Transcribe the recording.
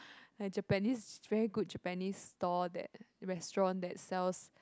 like Japanese very good Japanese store that restaurant that sells